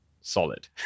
solid